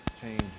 change